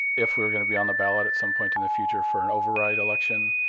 if we were going to be on the ballot at some point in the future for an override election,